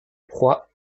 proie